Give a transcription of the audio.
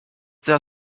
there